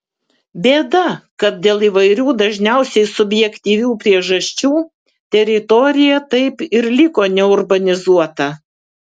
bėda kad dėl įvairių dažniausiai subjektyvių priežasčių teritorija taip ir liko neurbanizuota